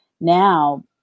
now